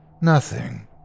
Nothing